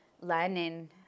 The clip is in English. learning